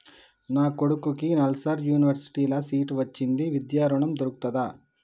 నా కొడుకుకి నల్సార్ యూనివర్సిటీ ల సీట్ వచ్చింది విద్య ఋణం దొర్కుతదా?